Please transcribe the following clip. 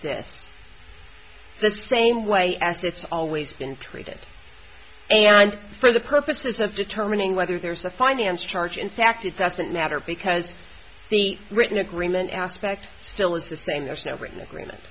this the same way as it's always been treated and for the purposes of determining whether there's a finance charge in fact it doesn't matter because the written agreement aspect still is the same there's no written agreement